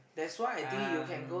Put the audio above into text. um